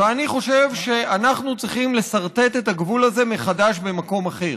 ואני חושב שאנחנו צריכים לסרטט את הגבול הזה מחדש במקום אחר.